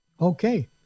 okay